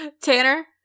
Tanner